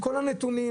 כולל יוזמי הדיון.